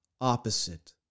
opposite